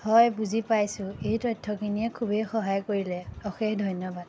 হয় বুজি পাইছোঁ এই তথ্যখিনিয়ে খুবেই সহায় কৰিলে অশেষ ধন্যবাদ